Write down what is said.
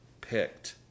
picked